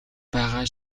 байгаа